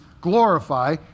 glorify